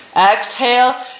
Exhale